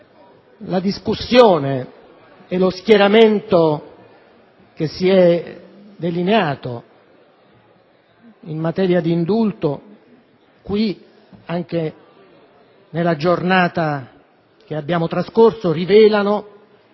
la discussione e lo schieramento che si è delineato in materia di indulto nella giornata che abbiamo trascorso, rivelano